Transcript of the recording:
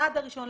עד ה-1 באפריל.